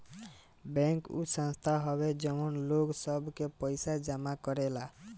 bank उ संस्था हवे जवन लोग सब के पइसा जमा करेला